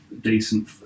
decent